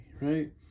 Right